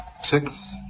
six